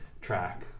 track